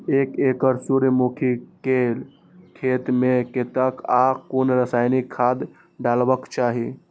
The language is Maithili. एक एकड़ सूर्यमुखी केय खेत मेय कतेक आ कुन रासायनिक खाद डलबाक चाहि?